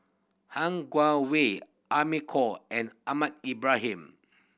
Han Guangwei Amy Khor and Ahmad Ibrahim